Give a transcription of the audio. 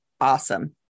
Awesome